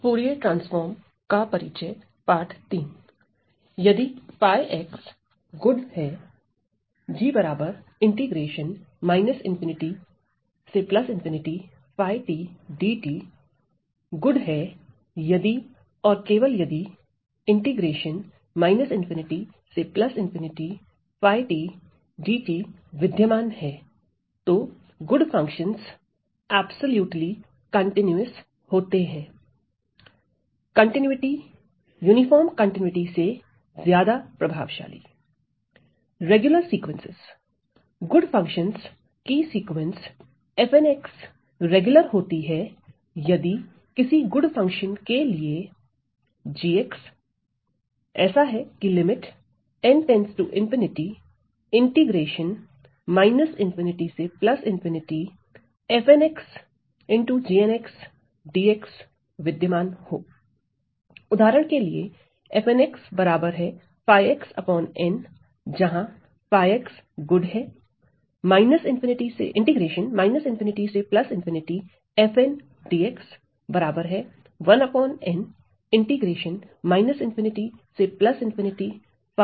यदि विद्यमान हैं तो गुड फंक्शनस अब्सोल्यूटली कंटिन्यूस होते है कंटिन्यूटी यूनिफॉर्म कंटिन्यूटी से ज्यादा प्रभावशाली रेगुलर सीक्वेंसेस गुड फंक्शनस की सीक्वेंस रेगुलर होती है यदि किसी गुड फंक्शन के लिए विद्यमान हो